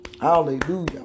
Hallelujah